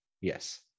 Yes